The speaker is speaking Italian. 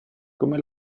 come